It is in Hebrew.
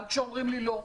גם כשאומרים לי לא.